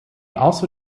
also